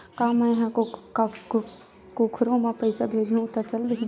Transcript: का मै ह कोखरो म पईसा भेजहु त चल देही?